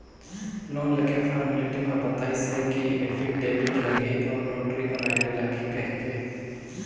loan लेके formality म बताइस हे कि एफीडेबिड लागही अउ नोटरी कराय ले लागही कहिके